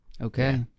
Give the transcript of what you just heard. Okay